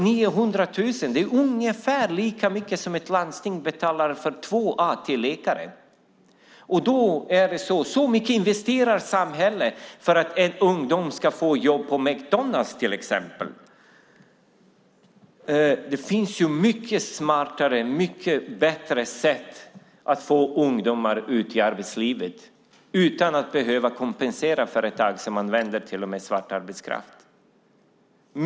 900 000 kronor är ungefär lika mycket som ett landsting betalar för två AT-läkare. Så mycket investerar samhället för att en ungdom ska få jobb på till exempel McDonalds. Det finns smartare och bättre sätt att få ungdomar ut i arbetslivet utan kompensation. Man använder till och med svart arbetskraft.